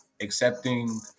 accepting